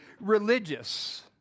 religious